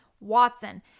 Watson